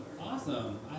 Awesome